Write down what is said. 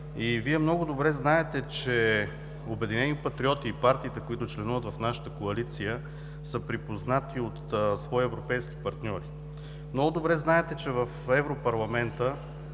Вие много добре знаете, че „Обединени патриоти“ и партиите, които членуват в нашата коалиция са припознати от свои европейски партньори. Много добре знаете, че в Европарламента